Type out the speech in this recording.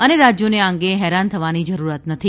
અને રાજ્યોને આ અંગે હેરાન થવાની જરુરત નથી